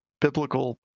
biblical